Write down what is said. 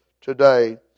today